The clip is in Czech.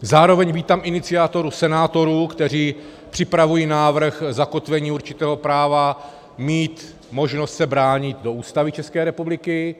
Zároveň vítám iniciativu senátorů, kteří připravují návrh zakotvení určitého práva mít možnost se bránit do Ústavy České republiky.